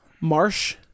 Marsh